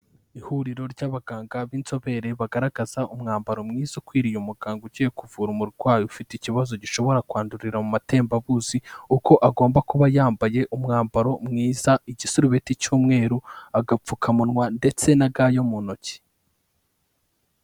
Ihuriro ry'abaganga b'inzobere bagaragaza umwambaro mwiza ukwiriye umuganga ugiye kuvura umurwayi ufite ikibazo gishobora kwandurira mu matembabuzi, uko agomba kuba yambaye umwambaro mwiza igisurubeti cy'umweru, agapfukamunwa ndetse na ga yo mu ntoki.